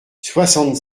soixante